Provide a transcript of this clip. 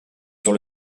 sur